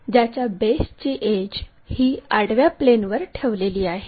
ज्याच्या बेसची एड्ज ही आडव्या प्लेनवर ठेवलेली आहे